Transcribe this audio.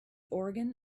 organ